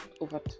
over